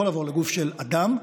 יכול לעבור לגוף של אדם.